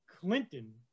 Clinton